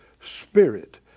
spirit